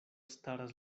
staras